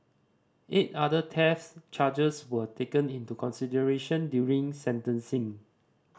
eight other theft charges were taken into consideration during sentencing